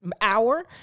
hour